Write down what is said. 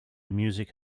music